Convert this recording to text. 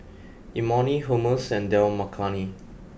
Imoni Hummus and Dal Makhani